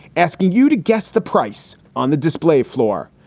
asking you to guess the price on the display floor.